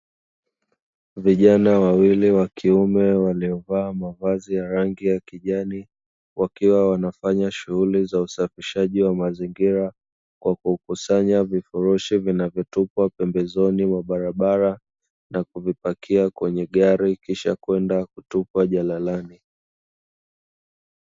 Vijana wawili wa kiume waliovaa mavazi ya rangi ya kijani, wakiwa wanafanya shughuli ya usafishaji wa mazingira kwa kukusanya vifurushi vinavyotupwa pembeni ya barabara na kuvipakia kwenye gari kisha kwenda kutupa jalalani.